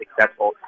successful